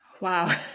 Wow